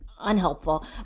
unhelpful